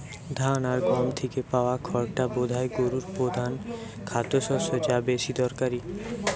ধান আর গম থিকে পায়া খড়টা বোধায় গোরুর পোধান খাদ্যশস্য যা বেশি দরকারি